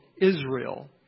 Israel